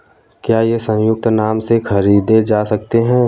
क्या ये संयुक्त नाम से खरीदे जा सकते हैं?